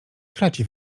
traci